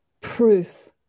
proof